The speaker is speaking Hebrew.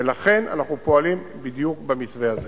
ולכן אנחנו פועלים בדיוק במתווה הזה.